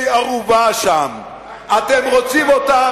בשופכיהן, רובם היו התראות.